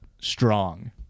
strong